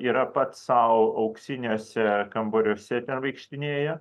yra pats sau auksiniuose kambariuose ten vaikštinėja